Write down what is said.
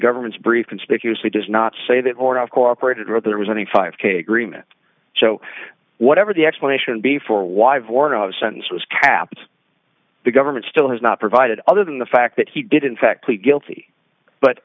government's brief conspicuously does not say that horn of corporate wrote there was any five k agreement so whatever the explanation before why vornado sentence was kept the government still has not provided other than the fact that he did in fact plead guilty but